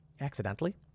Accidentally